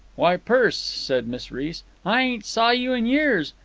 why, perce, said miss reece, i ain't saw you in years.